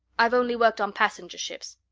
i've only worked on passenger ships.